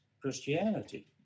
Christianity